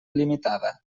limitada